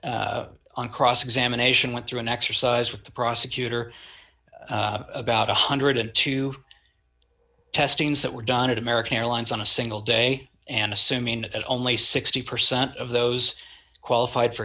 on cross examination went through an exercise with the prosecutor about one hundred and two dollars testings that were done at american airlines on a single day and assuming that only sixty percent of those qualified for